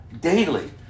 daily